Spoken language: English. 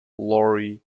lorry